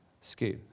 scale